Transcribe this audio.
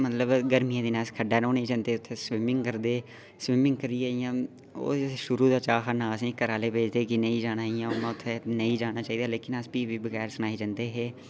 मतलव गर्मियें दिनैं अस खड्डा नौनै गी जंदे उत्थैं स्विमिंग करदे स्विमिंग करिये ओह् असैं गी शुरू दा चाह् हा ओह् असैं गी घर ऐह्लै गै नी हे पेजदे उत्थैं नेई जाना चाहिदा फ्ही बी अस बिना सुनाए जंदे हे